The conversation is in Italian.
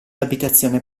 abitazione